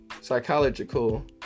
psychological